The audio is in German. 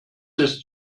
ist